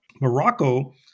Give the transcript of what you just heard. Morocco